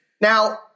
Now